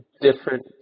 different